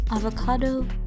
Avocado